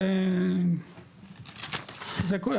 זה כל,